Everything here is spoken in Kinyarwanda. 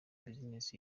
business